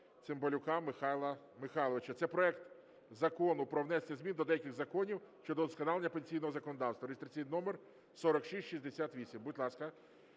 Цимбалюка Михайла Михайловича. Це проект Закону про внесення змін до деяких законів щодо удосконалення пенсійного законодавства (реєстраційний номер 4668). Будь ласка,